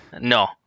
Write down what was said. no